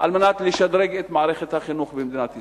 לשדרג את מערכת החינוך במדינת ישראל.